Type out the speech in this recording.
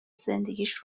زندگیش